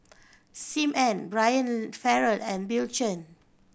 Sim Ann Brian Farrell and Bill Chen